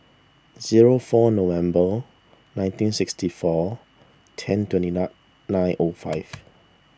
zero four November nineteen sixty four ten twenty nine nine O five